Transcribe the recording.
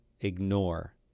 ignore